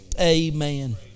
amen